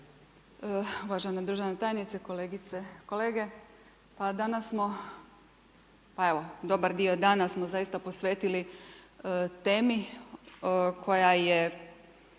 uvažena državna tajnice, kolegice, kolege. Pa danas smo, pa evo dobar dio dana smo zaista posvetili temi koja je